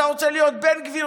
אתה רוצה להיות בן גביר,